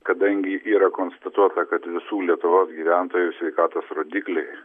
kadangi yra konstatuota kad visų lietuvos gyventojų sveikatos rodikliai